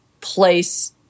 place